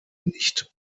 nicht